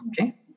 Okay